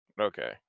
Okay